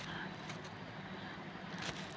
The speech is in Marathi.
चांगला जोरमा पानी पडना ते कच्चा केयेसनी वाढ जोरमा व्हस